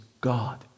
God